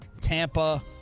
Tampa